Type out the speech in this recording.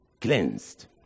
cleansed